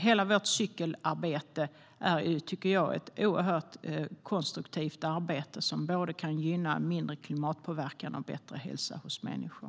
Hela vårt cykelarbete är ett oerhört konstruktivt arbete som både kan gynna mindre klimatpåverkan och bättre hälsa hos människor.